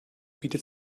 bietet